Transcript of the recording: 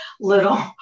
little